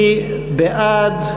מי בעד?